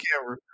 camera